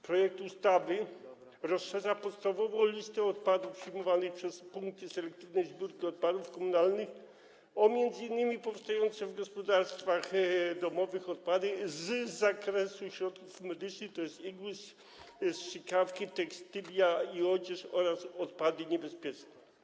Projekt ustawy rozszerza podstawową listę odpadów przyjmowanych przez punkty selektywnej zbiórki odpadów komunalnych o m.in. powstające w gospodarstwach domowych odpady z zakresu środków medycznych, tj. igły, strzykawki, tekstylia i odzież oraz odpady niebezpieczne.